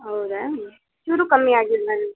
ಹೌದಾ ಚೂರೂ ಕಮ್ಮಿ ಆಗಿಲ್ವಾ ನಿಮ್ಮ